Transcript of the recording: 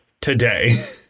today